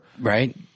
Right